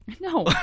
No